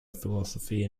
philosophy